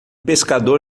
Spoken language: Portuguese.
pescador